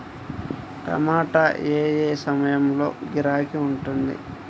టమాటా ఏ ఏ సమయంలో గిరాకీ ఉంటుంది?